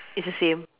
it's the same